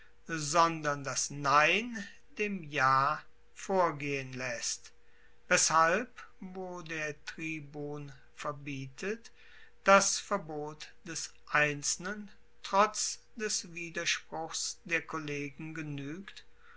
sondern das nein dem ja vorgehen laesst weshalb wo der tribun verbietet das verbot des einzelnen trotz des widerspruchs der kollegen genuegt